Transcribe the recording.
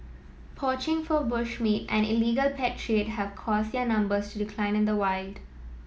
poaching for bush meat and illegal pet trade have caused their numbers to decline in the wild